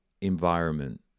environment